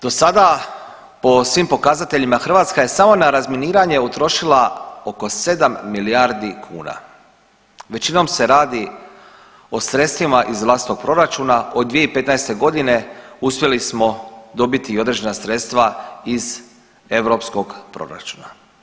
Do sada po svim pokazateljima Hrvatska je samo na razminiranje utrošila oko 7 milijardi kuna, većinom se radi o sredstvima iz vlastitog proračuna, od 2015.g. uspjeli smo dobiti i određena sredstva iz europskog proračuna.